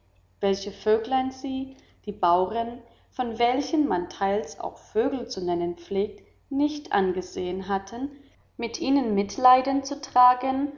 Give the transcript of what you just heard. welche vögelein sie die bauren von welchen man teils auch vögel zu nennen pflegt nicht angesehen hatten mit ihnen mitleiden zu tragen